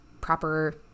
proper